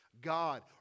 God